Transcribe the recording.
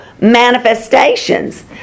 manifestations